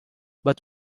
but